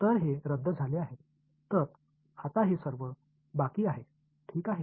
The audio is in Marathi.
तर हे रद्द झाले आहे तर आता हे सर्व बाकी आहे ठीक आहे